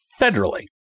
federally